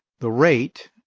the rate